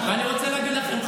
אני רוצה להגיד לכם,